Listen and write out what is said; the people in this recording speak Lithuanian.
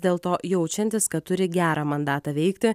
dėl to jaučiantis kad turi gerą mandatą veikti